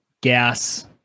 gas